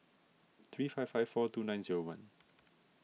three five five four two nine zero one